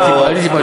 אני טיפלתי,